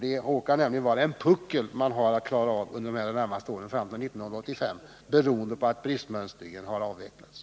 Det råkar nämligen vara en puckel man har att klara av under de närmaste åren fram till 1985 beroende på att bristmönstringen har avvecklats.